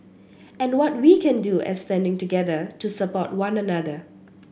and what can we do as standing together to support one another